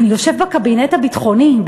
אני יושב בקבינט הביטחוני,